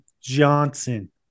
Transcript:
Johnson